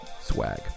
Swag